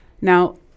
Now